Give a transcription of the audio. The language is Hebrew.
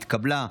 נתקבל.